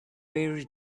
very